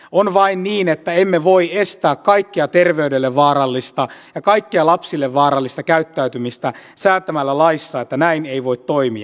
on vain niin että emme voi estää kaikkea terveydelle vaarallista ja kaikkea lapsille vaarallista käyttäytymistä säätämällä laissa että näin ei voi toimia